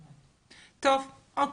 טוב, אוקיי.